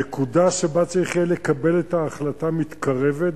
הנקודה שבה צריך יהיה לקבל את ההחלטה מתקרבת.